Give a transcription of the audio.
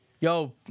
yo